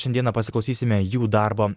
šiandieną pasiklausysime jų darbo